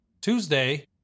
tuesday